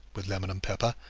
with lemon and pepper,